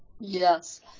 Yes